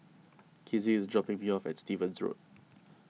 Kizzie is dropping me off at Stevens Road